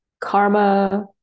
karma